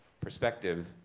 perspective